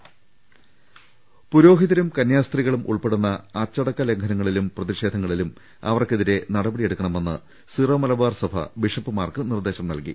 ദർശ്ശേരി പ പുരോഹിതരും കന്യാസ്ത്രീകളും ഉൾപ്പെടുന്ന അച്ചടക്കലംഘനങ്ങളിലും പ്രതിഷേധങ്ങളിലും അവർക്കെതിരെ നട്പടിയെടുക്കണമെന്ന് സിറോ മല ബാർസഭ ബിഷപ്പുമാർക്ക് നിർദ്ദേശം നൽകി